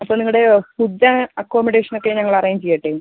അപ്പോൾ നിങ്ങളുടെയോ food and അക്കോമഡേഷനൊക്കെ ഞങ്ങൾ അറേഞ്ച് ചെയ്യട്ടെ